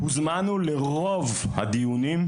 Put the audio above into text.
הוזמנו לרוב הדיונים,